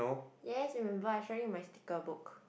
yes remember I show you my sticker book